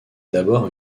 d’abord